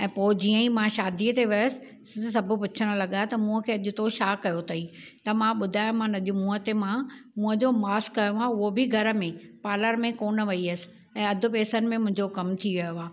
ऐं पोइ जीअं ई मां शादीअ ते वयसि सभु पुछणु लॻा त मुंहुं खे अॼु थो छा कयो तई त मां ॿुधायोमान अॼु मुंहुं ते मां मुंहुं जो मास्क हयो आहे हो बि घरु में पार्लर में कोन्ह वई हुयसि ऐं अधि पेसनि में मुंहिंजो कमु थी वियो आहे